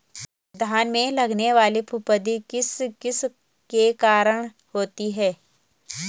धान में लगने वाली फफूंदी किस किस के कारण होती है?